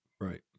Right